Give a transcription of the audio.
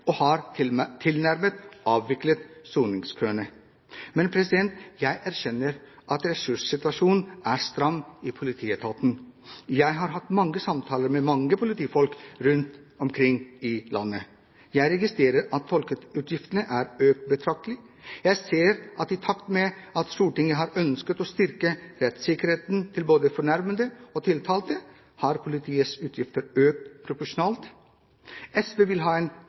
og vi har tilnærmet avviklet soningskøene. Men jeg erkjenner at ressurssituasjonen er stram i politietaten. Jeg har hatt mange samtaler med mange politifolk rundt omkring i landet. Jeg registrerer at tolkeutgiftene har økt betraktelig. Jeg ser at i takt med at Stortinget har ønsket å styrke rettssikkerheten til både fornærmede og tiltalte har politiets utgifter økt proporsjonalt. SV vil ha en